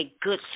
good